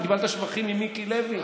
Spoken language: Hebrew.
קיבלת שבחים ממיקי לוי?